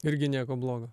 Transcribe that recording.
irgi nieko blogo